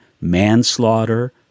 manslaughter